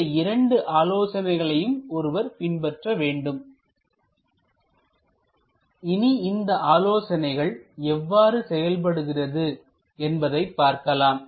இந்த இரண்டு ஆலோசனைகளையும் ஒருவர் பின்பற்ற வேண்டும் இனி இந்த ஆலோசனைகள் எவ்வாறு செயல்படுகிறது என்பதை பார்க்கலாம்